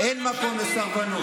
אין מקום לסרבנות.